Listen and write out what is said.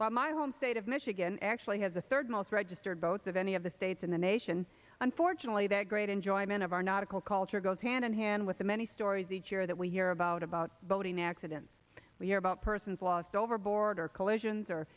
by my home state of michigan actually has the third most registered votes of any of the states in the nation unfortunately that great enjoyment of our not equal culture goes hand in hand with the many stories each year that we hear about about boating accidents we hear about persons lost overboard or collisions or